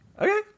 Okay